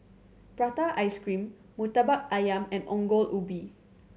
prata ice cream Murtabak Ayam and Ongol Ubi